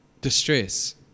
distress